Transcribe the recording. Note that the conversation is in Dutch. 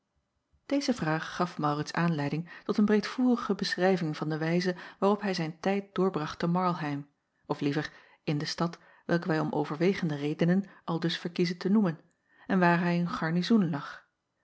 deze vraag gaf maurits aanleiding tot een breedvoerige beschrijving van de wijze waarop hij zijn tijd doorbracht te marlheim of liever in de stad welke wij om overwegende redenen aldus verkiezen te noemen en waar hij in garnizoen lag